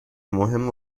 مهم